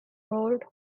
road